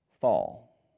fall